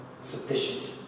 sufficient